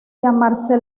llamarse